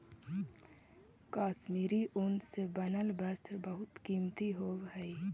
कश्मीरी ऊन से बनल वस्त्र बहुत कीमती होवऽ हइ